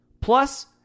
Plus